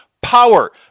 power